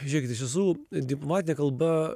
žiūrėkit iš tiesų diplomatinė kalba